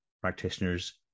practitioners